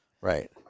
right